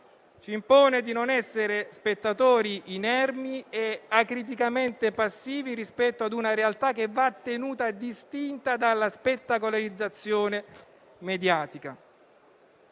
ci impone di non essere spettatori inermi e acriticamente passivi rispetto a una realtà che va tenuta distinta dalla spettacolarizzazione mediatica.